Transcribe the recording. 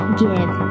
give